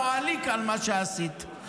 וועליכ על מה שעשית,